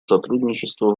сотрудничества